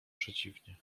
przeciwnie